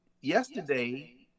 yesterday